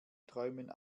träumen